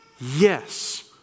Yes